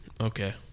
Okay